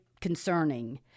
concerning